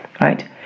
right